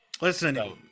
Listen